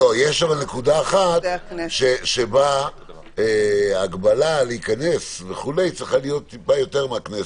יש נקודה אחת שבה ההגבלה להיכנס וכו' צריכה להיות טיפה יותר מהכנסת,